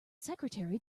secretary